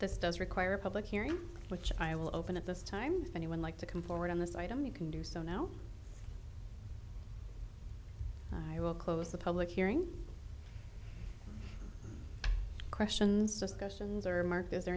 this does require a public hearing which i will open at this time and you would like to come forward on this item you can do so now i will close the public hearing questions discussions or mark is there